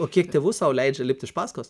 o kiek tėvų sau leidžia lipt iš paskos